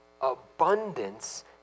Abundance